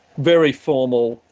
very formal,